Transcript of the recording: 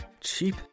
cheap